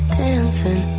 dancing